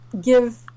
give